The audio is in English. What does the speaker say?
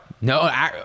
No